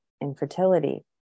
infertility